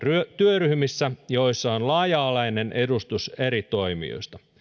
työryhmissä joissa on laaja alainen edustus eri toimijoista